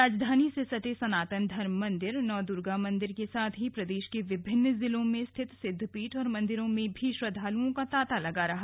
राजधानी से सटे सनातन धर्म मंदिर नव दुर्गा मंदिर के साथ ही प्रदेश के विभिन्न जिलों में स्थित सिद्धपीठ और मंदिरों में भी श्रद्वालुओं का तांता लगा रहा